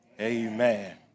Amen